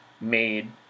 made